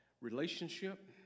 relationship